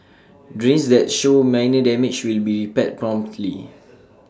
drains that show minor damage will be repaired promptly